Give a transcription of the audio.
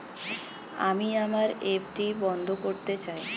আমি আমার এফ.ডি বন্ধ করতে চাই